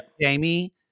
Jamie